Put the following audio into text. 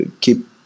keep